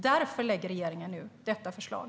Därför lägger regeringen nu fram detta förslag.